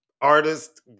artist